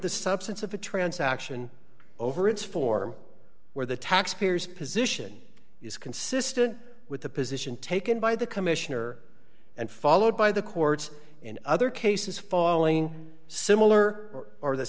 the substance of a transaction over its form where the taxpayers position is consistent with the position taken by the commissioner and followed by the courts in other cases following similar or